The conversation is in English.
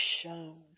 shown